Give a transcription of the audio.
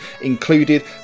included